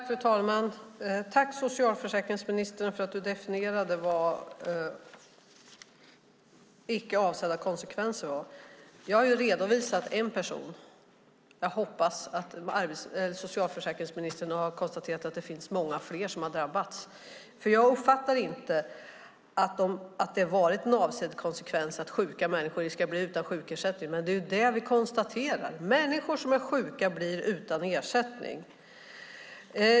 Fru talman! Jag vill tacka socialförsäkringsministern för att han definierade vad icke avsedda konsekvenser var. Jag har redovisat en person, och jag hoppas att socialförsäkringsministern har konstaterat att det är många fler som har drabbats. Jag uppfattar inte att det har varit en avsedd konsekvens att sjuka människor ska bli utan sjukersättning, men det är ju det vi konstaterar. Människor som är sjuka blir utan ersättning.